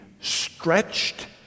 stretched